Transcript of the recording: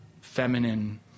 feminine